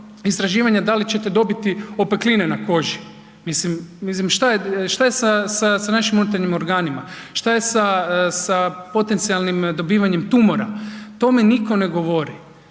istraživanja da li ćete dobiti opekline na koži. Mislim šta je sa našim unutarnjim organima, šta je sa potencijalnim dobivanjem tumora, o tome niko ne govori.